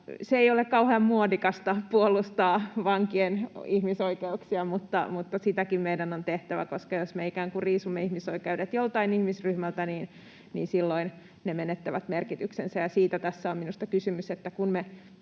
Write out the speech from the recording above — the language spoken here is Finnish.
Ei ole kauhean muodikasta puolustaa vankien ihmisoikeuksia, mutta sitäkin meidän on tehtävä, koska jos me ikään kuin riisumme ihmisoikeudet joltain ihmisryhmältä, niin silloin ne menettävät merkityksensä. Ja siitä tässä on minusta kysymys, että kun me